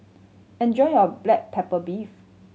enjoy your black pepper beef